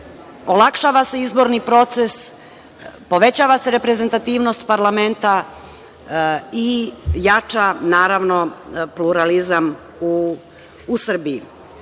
olakšava se izborni proces, povećava se reprezentativnost parlamenta i jača naravno pluralizam u Srbiji. Kada